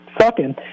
sucking